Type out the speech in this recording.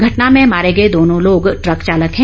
घटना में मारे गए दोनों लोग ट्रक चालक है